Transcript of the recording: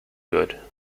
good